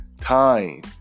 time